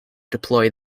deploy